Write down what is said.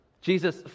Jesus